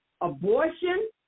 abortion